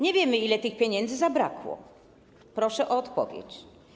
Nie wiemy, ile tych pieniędzy zabrakło, proszę o odpowiedź.